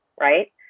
right